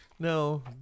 No